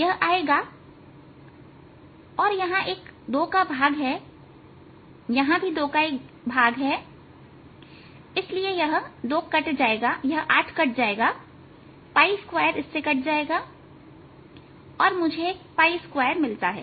यह आएगा 2a2NIL2 8242LL242z232 और यहां एक 2 का भाग है यहां भी 2 का भाग है इसलिए यह 8 कट जाएगा2इससे कट जाएगा और मुझे एक 2 मिलता है